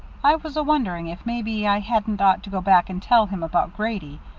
i was a-wondering if maybe i hadn't ought to go back and tell him about grady.